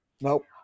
Nope